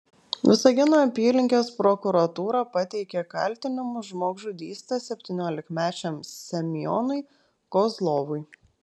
visagino apylinkės prokuratūra pateikė kaltinimus žmogžudyste septyniolikmečiam semionui kozlovui